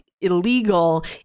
illegal